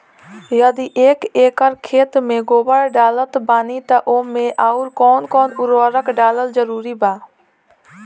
यदि एक एकर खेत मे गोबर डालत बानी तब ओमे आउर् कौन कौन उर्वरक डालल जरूरी बा?